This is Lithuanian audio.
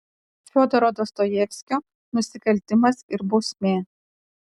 fiodoro dostojevskio nusikaltimas ir bausmė